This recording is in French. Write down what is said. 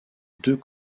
deux